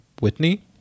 Whitney